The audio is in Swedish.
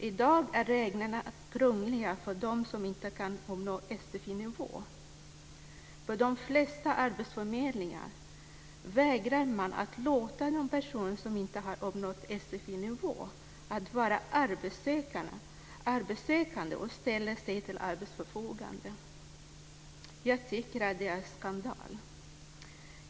I dag är reglerna krångliga för dem som inte kan uppnå sfi-nivå. På de flesta arbetsförmedlingar vägrar man att låta en person som inte har uppnått sfi-nivå att vara arbetssökande och ställa sig till arbetsmarknadens förfogande. Jag tycker att det är skandal.